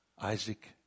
Isaac